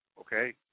okay